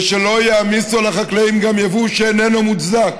ושלא יעמיסו על החקלאים גם יבוא שאיננו מוצדק.